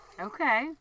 Okay